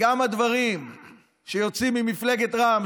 וגם הדברים שיוצאים ממפלגת רע"מ,